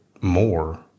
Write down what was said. more